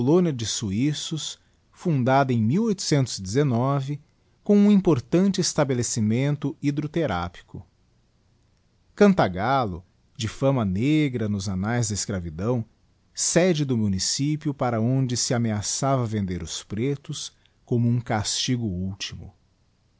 de suissos fundada em com um importante estabelecimento hydrotherapico cantagallo de fama negra nos annaes da escravidão sede do município para onde se ameaçava vender os pretos como um castigo ultimo